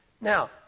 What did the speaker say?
Now